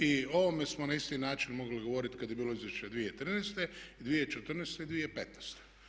I o ovome smo na isti način mogli govoriti kad je bilo izvješće 2013. i 2014. i 2015.